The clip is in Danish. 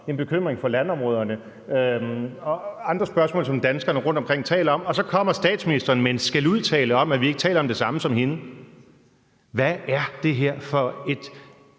en bekymring for landområderne og andre spørgsmål, som danskerne rundtomkring taler om, og så kommer statsministeren med en skældudtale om, at vi ikke taler om det samme som hende. Hvad er det her